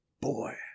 boy